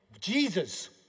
Jesus